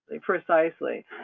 precisely